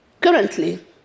currently